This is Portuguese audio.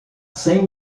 sem